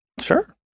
Sure